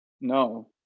No